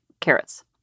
carrots